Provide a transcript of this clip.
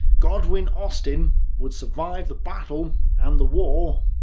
godwin-austen would survive the battle, and the war,